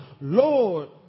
Lord